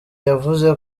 yavuze